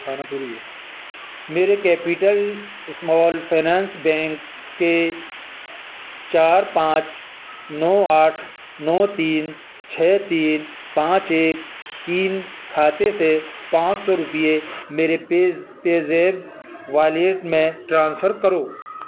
خانہ پوری میرے کیپیٹل اسمال فینانس بینک کے چار پانچ نو آٹھ نو تین چھ تین پانچ ایک تین کھاتے سے پانچ سو روپیے میرے پے زیپ والیٹ میں ٹرانسفر کرو